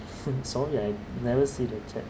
hmm sorry I never see the chatlog